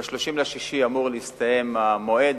ב-30 ביוני אמור להסתיים המועד,